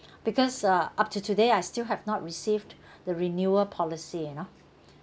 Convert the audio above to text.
because uh up to today I still have not received the renewal policy you know